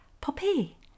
Poppy